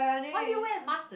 why do you wear a mask to